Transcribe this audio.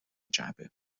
جعبه